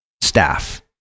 staff